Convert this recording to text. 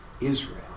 Israel